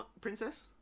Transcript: princess